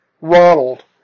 Ronald